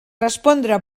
respondre